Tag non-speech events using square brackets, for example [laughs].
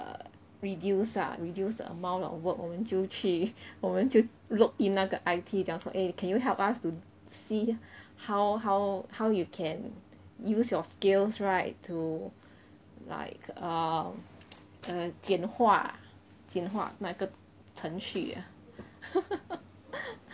err reduce ah reduce the amount of work 我们就去我们就 look in 那个 I_T 讲说 eh can you help us to see how how how you can use your skills right to like err err 简化简化那个程序啊 [laughs]